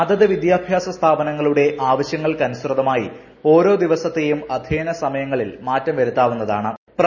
അതത് വിദ്യാഭ്യാസ സ്ഥാപനങ്ങളുടെ ആവശ്യങ്ങൾക്കനുസൃതമായി ഓരോ ദിപ്പൂസത്തെയും അധ്യയന സമയങ്ങളിൽ മാറ്റം വരുത്താവുന്നത്താണ്ട്